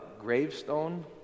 gravestone